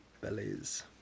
bellies